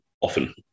often